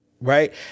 Right